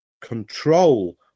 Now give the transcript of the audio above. control